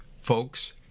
folks